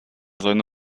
seine